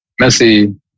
Messi